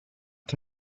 che